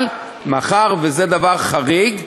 אבל מאחר שזה דבר חריג,